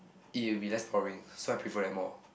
it will be less boring so I prefer that more